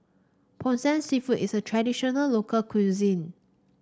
seafood is a traditional local cuisine